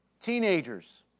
Teenagers